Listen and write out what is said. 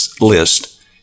list